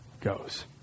goes